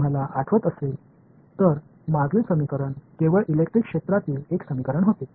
जर तुम्हाला आठवत असेल तर मागील समीकरण केवळ इलेक्ट्रिक क्षेत्रातील एक समीकरण होते